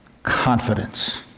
confidence